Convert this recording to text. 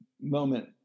moment